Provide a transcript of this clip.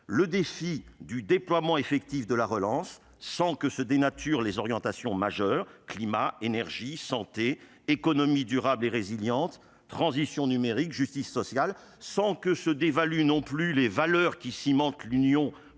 le déploiement effectif de la relance sans que se dénaturent les orientations majeures, climat, énergie, santé, économie durable et résiliente, transition numérique, justice sociale, ni que se dévaluent les valeurs qui cimentent l'Union, lesquelles